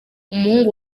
umuhungu